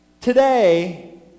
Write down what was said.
Today